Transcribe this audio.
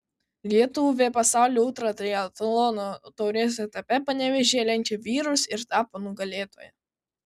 lietuvė pasaulio ultratriatlono taurės etape panevėžyje lenkė vyrus ir tapo nugalėtoja